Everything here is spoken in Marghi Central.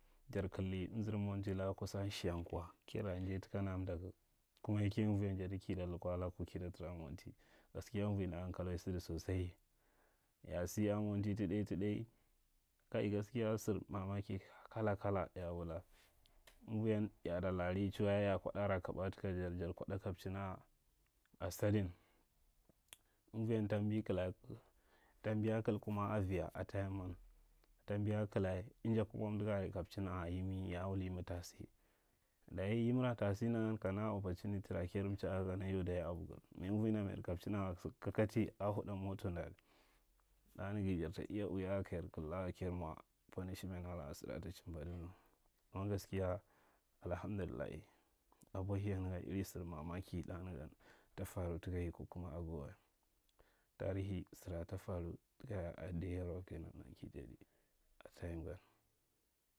Jar kalda amzar monti la kusan shiya nkwa kajar ra nnjai takan a mdaku, kuma yake ambuiyan jadi ki da lukwa laku kida tara a monti. Gaskiya amvuida hankalawai sada sosai. Ya sa a monti ta ɗai tu ɗai, kai gaskiya sar mamaki kala kala ya a wula. anvuiyan ya a ta lari chuwa ya a ra kwa ra kaɓa taka jar, jar kwaɗa kabchina’a, asadin, amvuiyan. Tambi kala, tambi a kala kuma aviya tayiman. Tambiya kala, anja kuma amdaga are ye kabchina’a yimi, ya wul yimi ta sa. Dayi yimira ta sa nda gan ka na opportunity ra kajar mchiya kana yau dayi abugar mai amburida mayar kabchina’a kakati a huɗa moto nda, ɗa nago jarta iya uiya a kayar kalda a, kayar mwa punishment ala’a, sara ta chimba nagan ma. Amma gaskiya alahamdullahi, abwa hiya nagan ta faru taka yi ko kuma ago wa. Tarihi sara ta faru taka ya a adar yarwa kenan naga ka jadi a tayim gan.